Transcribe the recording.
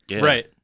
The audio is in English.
Right